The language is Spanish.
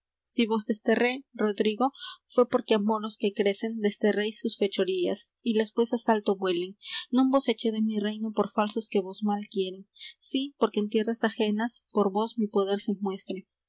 si vos desterré rodrigo fué porque á moros que crecen desterréis sus fechorías y las vuesas alto vuelen non vos eché de mi reino por falsos que vos mal quieren sí porque en tierras ajenas por vos mi poder se muestre